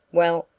well,